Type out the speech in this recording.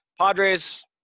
Padres